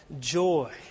joy